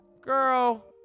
Girl